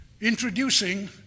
introducing